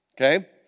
Okay